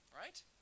right